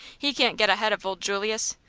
he can't get ahead of old julius!